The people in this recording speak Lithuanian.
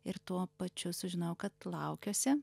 ir tuo pačiu sužinojau kad laukiuosi